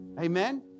Amen